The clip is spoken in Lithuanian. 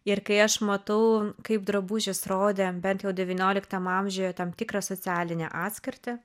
ir kai aš matau kaip drabužis rodė bent jau devynioliktam amžiuje tam tikrą socialinę atskirtį